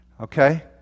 Okay